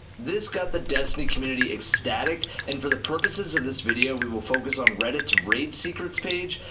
this got the destiny community ecstatic and for the purposes of this video, we will focus on reddits raid secrets page,